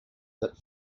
that